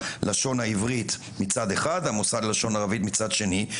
הלשון העברית מצד אחד, מוסד הלשון הערבית מצד שני.